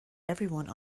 everyone